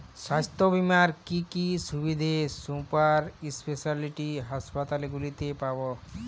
স্বাস্থ্য বীমার কি কি সুবিধে সুপার স্পেশালিটি হাসপাতালগুলিতে পাব?